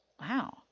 wow